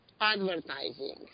advertising